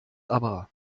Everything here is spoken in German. aber